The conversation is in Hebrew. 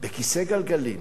בכיסא גלגלים,